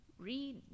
Read